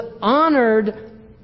honored